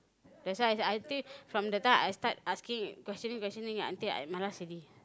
that's why I I think from the time I start asking questioning questioning until I malas already